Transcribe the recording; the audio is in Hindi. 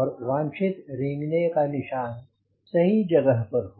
और वांछित रेंगने का निशान सही जगह पर हों